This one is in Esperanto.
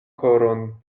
koron